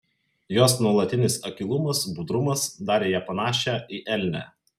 jos nuolatinis akylumas budrumas darė ją panašią į elnę